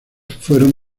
fueron